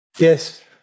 Yes